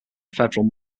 federal